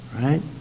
Right